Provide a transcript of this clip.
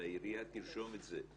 מהעירייה והעירייה תרשום את זה,